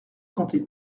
comptez